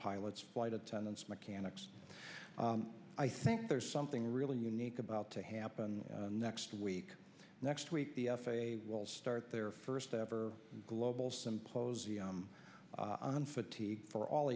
pilots flight attendants mechanics i think there's something really unique about to happen next week next week the f a a will start their first ever global symposium on fatigue for all